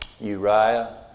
Uriah